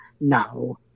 no